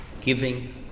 giving